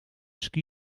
ski